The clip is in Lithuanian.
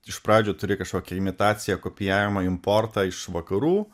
iš pradžių turi kažkokį imitaciją kopijavimą importą iš vakarų